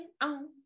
on